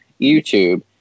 YouTube